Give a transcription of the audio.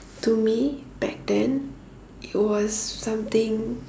to me back then it was something